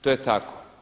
To je tako.